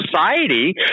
society